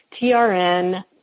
TRN